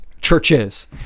churches